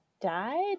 died